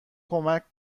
کمک